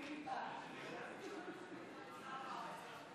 הישיבה השישית של הכנסת העשרים-ואחת יום רביעי,